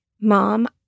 Mom